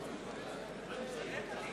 מצביע חיים